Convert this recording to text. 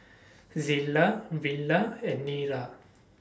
Zillah Villa and Nira